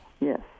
Yes